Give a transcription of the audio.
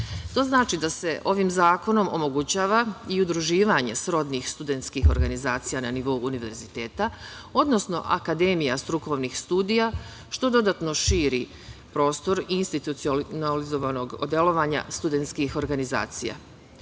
To znači da se ovim zakonom omogućava i udruživanje srodnih studentskih organizacija na nivou univerziteta, odnosno akademija strukovnih studija, što dodatno širi prostor institucionalizovanog delovanja studenskih organizacija. Takođe,